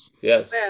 Yes